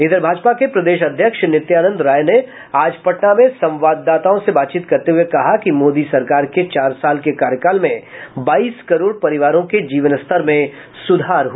इधर भाजपा के प्रदेश अध्यक्ष नित्यानंद राय ने आज पटना में संवाददाताओं से बातचीत करते हुए कहा कि मोदी सरकार के चार साल के कार्यकाल में बाईस करोड़ परिवारों के जीवनस्तर में सुधार आया है